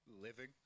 living